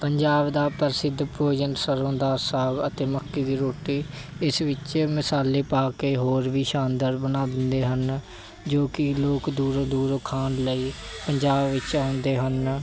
ਪੰਜਾਬ ਦਾ ਪ੍ਰਸਿੱਧ ਭੋਜਨ ਸਰ੍ਹੋਂ ਦਾ ਸਾਗ ਅਤੇ ਮੱਕੀ ਦੀ ਰੋਟੀ ਇਸ ਵਿੱਚ ਮਸਾਲੇ ਪਾ ਕੇ ਹੋਰ ਵੀ ਸ਼ਾਨਦਾਰ ਬਣਾ ਦਿੰਦੇ ਹਨ ਜੋ ਕਿ ਲੋਕ ਦੂਰੋਂ ਦੂਰੋਂ ਖਾਣ ਲਈ ਪੰਜਾਬ ਵਿੱਚ ਆਉਂਦੇ ਹਨ